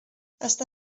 està